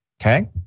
Okay